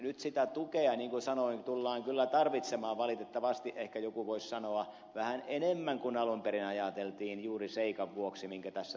nyt sitä tukea niin kuin sanoin tullaan valitettavasti kyllä tarvitsemaan ehkä joku voisi sanoa vähän enemmän kuin alun perin ajateltiin juuri sen seikan vuoksi minkä tässä esitin